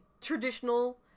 traditional